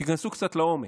תיכנסו קצת לעומק,